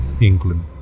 England